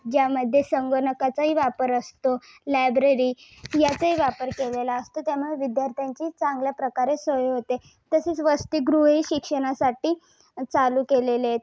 ज्यामध्ये संगणकाचाही वापर असतो लायब्रेरी याचही वापर केलेला असतो त्यामुळे विद्यार्थ्यांची चांगल्याप्रकारे सोय होते तसेच वसतिगृहेही शिक्षणासाठी चालू केलेले आहेत